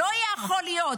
לא יכול להיות.